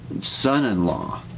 son-in-law